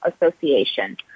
association